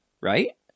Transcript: right